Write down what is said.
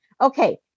Okay